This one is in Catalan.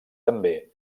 també